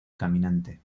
caminante